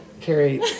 Carrie